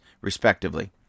respectively